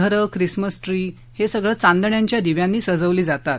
घरं Christmas tree तसंच चांदण्यांच्या दिव्यांनी सजवली जातात